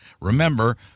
Remember